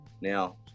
Now